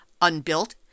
unbuilt